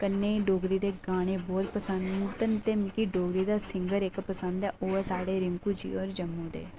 कन्नै डोगरी दे गाने बहुत पसंद न ते मिकी डोगरी दा सिंगर इक पसंद ऐ ओह् ऐ साढ़े रिंकू जी और जम्मू दे